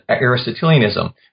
Aristotelianism